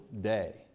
day